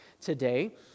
today